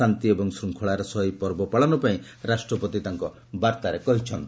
ଶାନ୍ତି ଏବଂ ଶୃଙ୍ଖଳାର ସହ ଏହି ପର୍ବ ପାଳନ ପାଇଁ ରାଷ୍ଟ୍ରପତି ତାଙ୍କ ବାର୍ତ୍ତାରେ କହିଚ୍ଛନ୍ତି